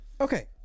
Okay